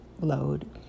load